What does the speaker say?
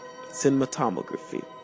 Cinematography